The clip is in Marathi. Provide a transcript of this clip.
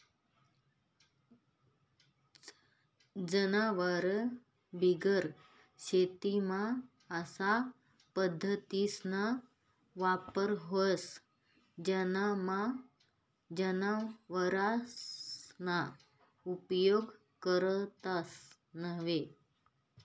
जनावरबिगेर शेतीमा अशा पद्धतीसना वापर व्हस ज्यानामा जनावरसना उपेग करतंस न्हयी